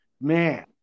man